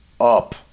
up